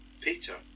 Peter